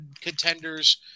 contenders